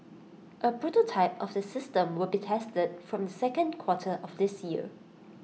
A prototype of the system will be tested from the second quarter of this year